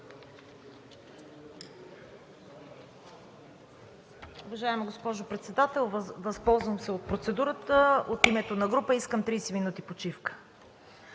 възползвам се от процедурата – от името на група искам 30 минути почивка.